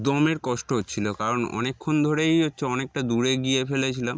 দমের কষ্ট হচ্ছিলো কারণ অনেকক্ষণ ধরেই হচ্ছে অনেকটা দূরে গিয়ে ফেলেছিলাম